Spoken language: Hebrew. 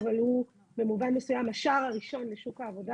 אבל הוא במובן מסוים השער הראשון לשוק העבודה